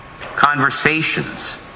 conversations